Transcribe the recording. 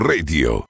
Radio